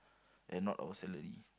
and not our salary